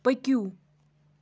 پٔکِو